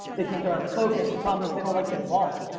they think they're on the focus. the problem is, they don't like their ball.